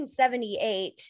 1978